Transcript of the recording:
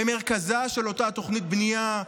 במרכזה של אותה תוכנית בנייה,